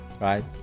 Right